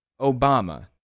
Obama